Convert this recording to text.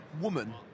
woman